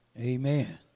Amen